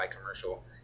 commercial